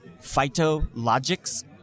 phytologics